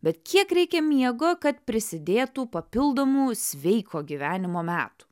bet kiek reikia miego kad prisidėtų papildomų sveiko gyvenimo metų